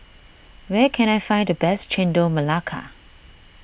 where can I find the best Chendol Melaka